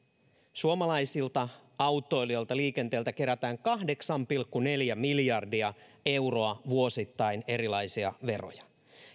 suomalaisilta autoilijoilta liikenteeltä kerätään kahdeksan pilkku neljä miljardia euroa vuosittain erilaisia veroja